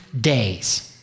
days